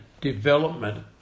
development